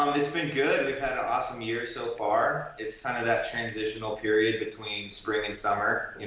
um it's been good, we've had a awesome year so far it's kind of that transitional period between spring and summer.